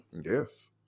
Yes